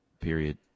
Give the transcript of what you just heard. period